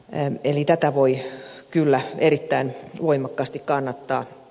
eli tätä voi kyllä erittäin voimakkaasti kannattaa